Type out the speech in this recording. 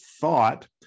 thought